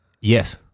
Yes